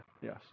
Yes